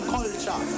Culture